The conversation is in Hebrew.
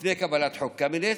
לפני קבלת חוק קמיניץ,